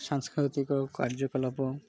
ସାଂସ୍କୃତିକ କାର୍ଯ୍ୟକଳାପ